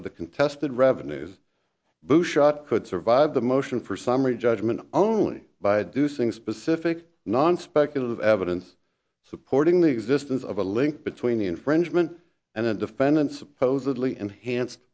of the contested revenues bowshot could survive the motion for summary judgment only by i do sing specific non speculative evidence supporting the existence of a link between the infringement and a defendant supposedly enhanced